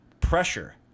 pressure